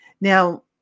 Now